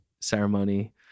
ceremony